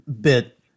bit